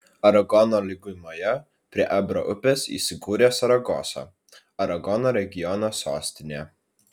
aragono lygumoje prie ebro upės įsikūrė saragosa aragono regiono sostinė